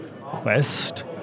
quest